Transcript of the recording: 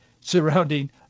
surrounding